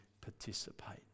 participate